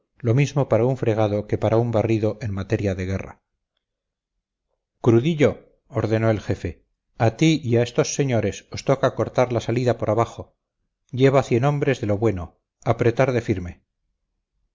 lo mismo para un fregado que para un barrido en materia de guerra crudillo ordenó el jefe a ti y a estos señores os toca cortar la salida por abajo lleva cien hombres de lo bueno apretar de firme